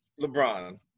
LeBron